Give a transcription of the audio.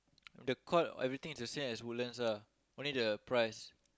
the court everything is the same as Woodlands ah only the price